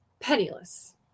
penniless